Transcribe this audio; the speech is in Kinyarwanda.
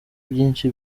byinshi